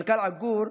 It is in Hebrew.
מנכ"ל עגור,